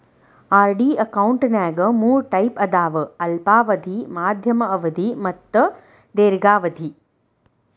RD ಅಕೌಂಟ್ನ್ಯಾಗ ಮೂರ್ type ಅದಾವ ಅಲ್ಪಾವಧಿ ಮಾಧ್ಯಮ ಅವಧಿ ಮತ್ತ ದೇರ್ಘಾವಧಿ